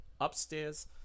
upstairs